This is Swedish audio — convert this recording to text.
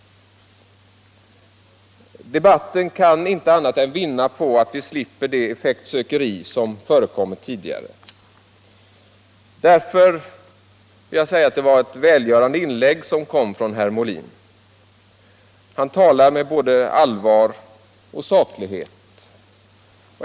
Debatten kan inte annat än vinna på att vi slipper det effektsökeri som förekommit tidigare. Därför var det ett välgörande inlägg som kom från herr Molin. Han talade med både allvar och saklighet.